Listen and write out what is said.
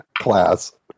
class